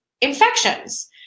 infections